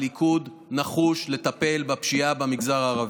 הליכוד נחוש לטפל בפשיעה במגזר הערבי.